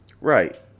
Right